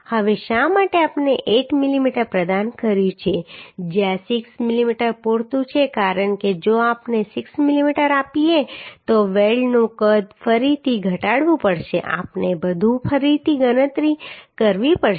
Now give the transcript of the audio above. હવે શા માટે આપણે 8 મીમી પ્રદાન કર્યું છે જ્યાં 6 મીમી પૂરતું છે કારણ કે જો આપણે 6 મીમી આપીએ તો વેલ્ડનું કદ ફરીથી ઘટાડવું પડશે આપણે બધું ફરીથી ગણતરી કરવી પડશે